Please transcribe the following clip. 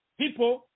people